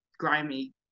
grimy